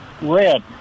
red